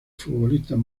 futbolistas